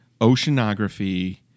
oceanography